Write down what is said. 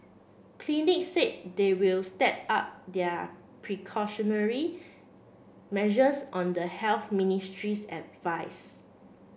clinics said they will step up their precautionary measures on the Ministry's